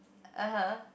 (uh huh)